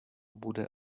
bude